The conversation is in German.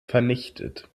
vernichtet